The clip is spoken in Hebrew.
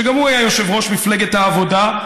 שגם הוא היה יושב-ראש מפלגת העבודה.